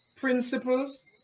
principles